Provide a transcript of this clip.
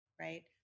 right